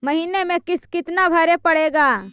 महीने में किस्त कितना भरें पड़ेगा?